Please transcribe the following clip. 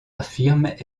affirme